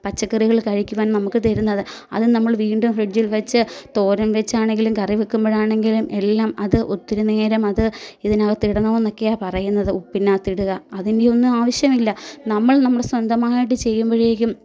പച്ചക്കറികൾ കഴിക്കുവാൻ നമുക്ക് തരുന്നത് അത് നമ്മൾ വീണ്ടും ഫ്രിഡ്ജിൽ വച്ച് തോരൻ വച്ചാണെങ്കിലും കറി വെക്കുമ്പോഴാണെങ്കിലും എല്ലാം അത് ഒത്തിരി നേരം അത് ഇതിനകത്തിടണമെന്നൊക്കെയാണ് പറയുന്നത് ഉപ്പിതിനകത്തിടുക അതിൻ്റെ ഒന്നും ആവശ്യമില്ല നമ്മൾ നമ്മുടെ സ്വന്തമായിട്ട് ചെയ്യുമ്പോഴേക്കും